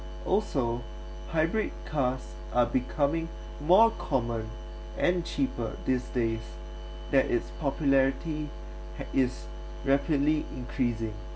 also hybrid cars are becoming more common and cheaper these days that its popularity ha~ is rapidly increasing